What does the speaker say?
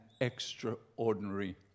extraordinary